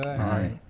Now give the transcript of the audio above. aye.